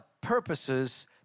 purposes